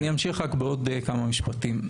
אני אמשיך רק בעוד כמה משפטים.